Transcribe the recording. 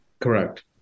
Correct